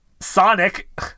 Sonic